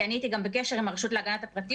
כי אני הייתי גם בקשר עם הרשות להגנת הפרטיות,